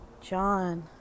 john